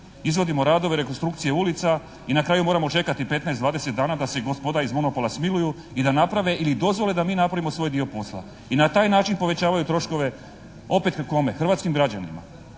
Izvodimo radove, rekonstrukcije ulica i na kraju moramo čekati 15, 20 dana da se gospoda iz monopola smiluju i da naprave ili dozvole da mi napravimo svoj dio posla. I na taj način povećavaju troškove opet kome? Hrvatskim građanima.